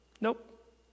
Nope